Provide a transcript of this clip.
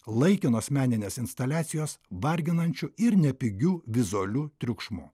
laikinos meninės instaliacijos varginančiu ir nepigiu vizualiu triukšmu